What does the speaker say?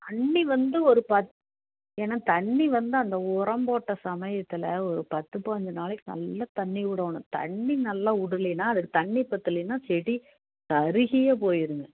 தண்ணி வந்து ஒரு பத் ஏன்னா தண்ணி வந்து அந்த உரம் போட்ட சமயத்தில் ஒரு பத்து பதினெஞ்சு நாளைக்கு நல்லா தண்ணி விடணும் தண்ணி நல்லா விடலைனா அதுக்கு தண்ணி பத்துலைனால் செடி கருகியே போயிடுங்க